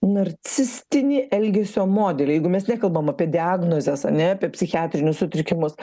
narcistinį elgesio modelį jeigu mes nekalbam apie diagnozes ane apie psichiatrinius sutrikimus